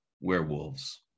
werewolves